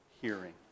hearing